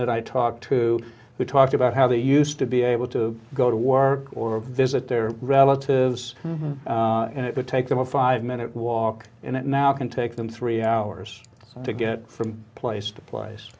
that i talked to who talked about how they used to be able to go to work or visit their relatives would take them a five minute walk and it now can take them three hours to get from place to place